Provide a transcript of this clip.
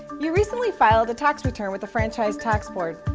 you recently filed a tax return with the franchise tax board,